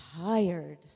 tired